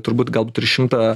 turbūt galbūt ir šimtą